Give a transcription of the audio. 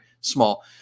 Small